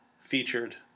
featured